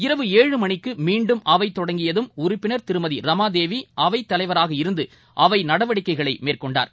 இவு ஏழு மணிக்கு மீன்டும் அவை தொடங்கியதும் உறுப்பினர் திருமதி ரமா தேவி அவை தலைவராக இருந்து அவை நடவடிக்கைகளை மேற்கொண்டார்